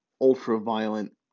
ultra-violent